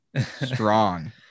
strong